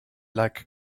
like